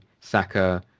Saka